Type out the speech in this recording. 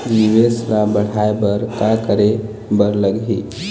निवेश ला बढ़ाय बर का करे बर लगही?